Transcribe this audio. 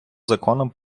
законом